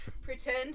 Pretend